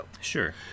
Sure